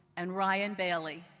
and ryan bailey.